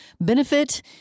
benefit